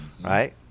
right